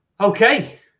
Okay